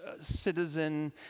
citizen